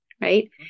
Right